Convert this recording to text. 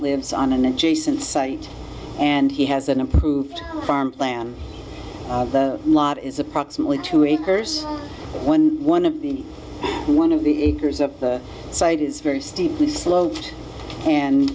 lives on an adjacent site and he has an improved farm land lot is approximately two acres one of the one of the acres of the site is very steeply slow and